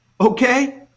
okay